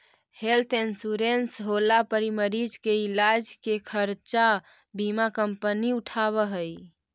health insurance होला पर मरीज के इलाज के खर्चा बीमा कंपनी उठावऽ हई